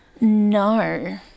No